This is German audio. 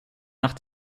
nach